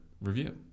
review